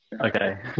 okay